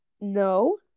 No